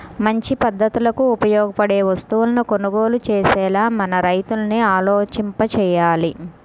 మంచి పద్ధతులకు ఉపయోగపడే వస్తువులను కొనుగోలు చేసేలా మన రైతుల్ని ఆలోచింపచెయ్యాలి